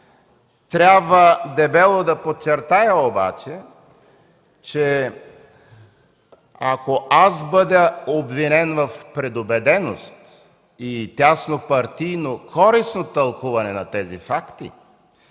Трябва дебело да подчертая обаче, че, ако аз бъда обвинен в предубеденост и тяснопартийно користно тълкуване на тези факти,